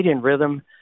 rhythm